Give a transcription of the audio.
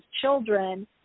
children